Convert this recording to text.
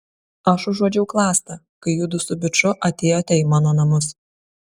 aš užuodžiau klastą kai judu su biču atėjote į mano namus